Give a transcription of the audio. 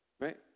right